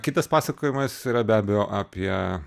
kitas pasakojimas yra be abejo apie